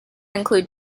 include